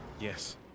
yes